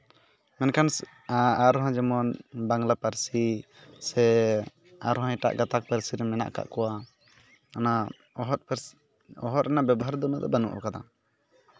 ᱢᱮᱱᱠᱷᱟᱱ ᱟᱨᱦᱚᱸ ᱡᱮᱢᱚᱱ ᱵᱟᱝᱞᱟ ᱯᱟᱹᱨᱥᱤ ᱥᱮ ᱟᱨᱦᱚᱸ ᱮᱴᱟᱜ ᱜᱟᱛᱟᱠ ᱯᱟᱹᱨᱥᱤ ᱨᱮᱱ ᱢᱮᱱᱟᱜ ᱠᱟᱜ ᱠᱚᱣᱟ ᱚᱱᱟ ᱚᱦᱚᱫ ᱯᱟᱹᱨᱥᱤ ᱚᱦᱚᱫ ᱨᱮᱱᱟᱜ ᱵᱮᱵᱚᱦᱟᱨ ᱫᱚ ᱩᱱᱟᱹᱜ ᱫᱚ ᱵᱟᱹᱱᱩᱜ ᱟᱠᱟᱫᱟ